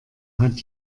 hat